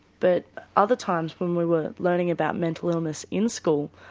but other times when we were learning about mental illness in school,